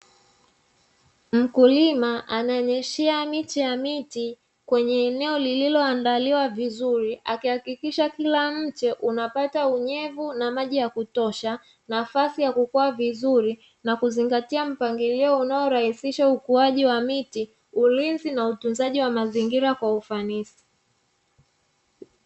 Mkulima ananyeshea miche ya miti kwenye eneo lililoandaliwa vizuri, akihakikisha kila mche, unapata unyevu na maji ya kutosha, nafasi ya kukua vizuri, na kuzingatia mpangilio unaorahisisha ukuaji wa miti, ulinzi na utunzaji wa mazingira kwa ufanisi.